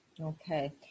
Okay